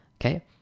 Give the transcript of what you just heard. okay